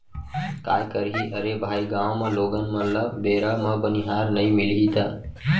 काय करही अरे भाई गॉंव म लोगन मन ल बेरा म बनिहार नइ मिलही त